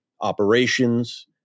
operations